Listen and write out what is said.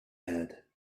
head